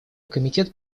комитет